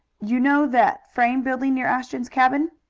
you know that frame building near ashton's cabin?